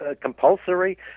compulsory